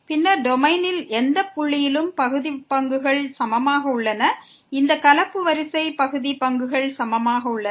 பின்னர் டொமைனில் எந்த புள்ளியிலும் பகுதி பங்குகள் சமமாக உள்ளன இந்த கலப்பு வரிசை பகுதி பங்குகள் சமமாக உள்ளன